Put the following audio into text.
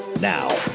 Now